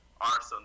arsenal